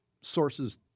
sources